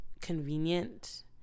convenient